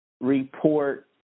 report